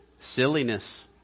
silliness